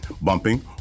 bumping